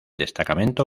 destacamento